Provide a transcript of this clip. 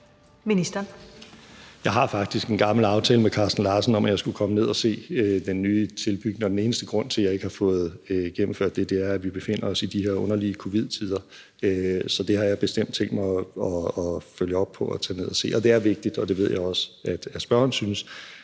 Jeg har faktisk en gammel aftale med Carsten Larsen om, at jeg skulle komme ned og se den ny tilbygning, og den eneste grund til, at jeg ikke har fået gennemført den, er, at vi befinder os i de her underlige covid-19-tider. Så det har jeg bestemt tænkt mig at følge op på og tage ned og se. Det er vigtigt – og det ved jeg også at spørgeren synes